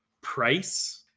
price